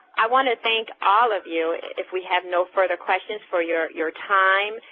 i want to thank all of you, if we have no further questions, for your your time.